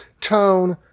Tone